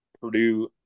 Purdue